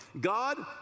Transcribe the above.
God